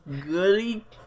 goody-